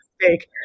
mistake